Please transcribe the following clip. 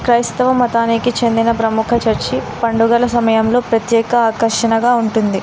క్రైస్తవ మతానికి చెందిన ప్రముఖ చర్చి పండుగల సమయంలో ప్రత్యేక ఆకర్షణగా ఉంటుంది